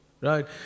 Right